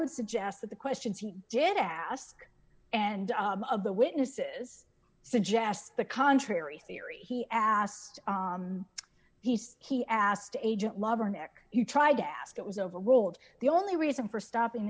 would suggest that the questions he did ask and of the witnesses suggest the contrary theory he asked he says he asked agent lover nick you tried to ask it was overruled the only reason for stopping